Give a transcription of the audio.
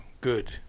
good